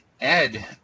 Ed